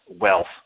wealth